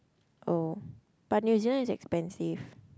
oh but new-zealand is expensive